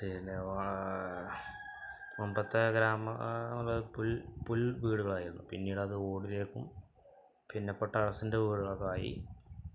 പിന്നെ മുമ്പത്തെ ഗ്രാമ പുല് പുല്വീടുകളായിരുന്നു പിന്നീടത് ഓടിലേക്കും പിന്നെയിപ്പോള് ടെറസിന്റെ വീടുകളായി